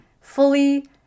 fully